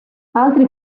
altri